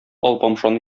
алпамшаны